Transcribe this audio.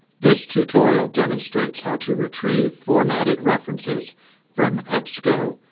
this tutorial demonstrates how to retrieve formatted references from ebsco,